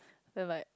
then like